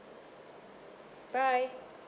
bye